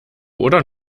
oder